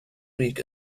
week